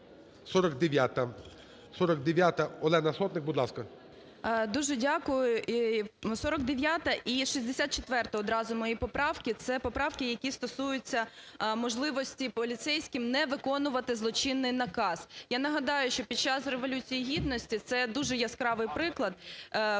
49-а. Олена Сотник. Будь ласка. 12:46:44 СОТНИК О.С. Дуже дякую. І 49-а, і 64-а одразу, мої поправки. Це поправки, які стосуються можливості поліцейським не виконувати злочинний наказ. Я нагадаю, що під час Революції Гідності – це дуже яскравий приклад,